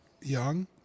young